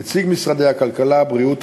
ונציגי משרד הכלכלה ומשרד הבריאות,